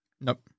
Nope